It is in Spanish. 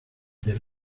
del